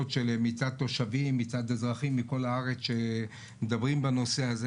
מצד תושבים מכל הארץ שמדברים על הנושא הזה.